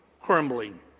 crumbling